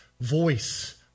voice